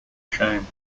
shame